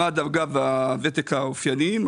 מה הדרגה והוותק האופייניים,